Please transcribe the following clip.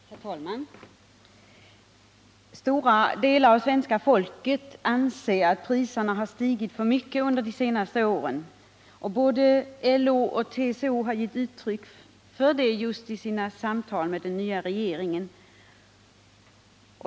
Herr talman! Stora delar av svenska folket anser att priserna har stigit för mycket under de senaste åren. Både LO och TCO har givit uttryck för det i sina samtal med den nya regeringen.